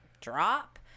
drop